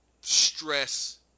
stress